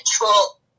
control